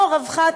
לא רווחת,